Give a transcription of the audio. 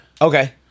Okay